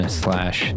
slash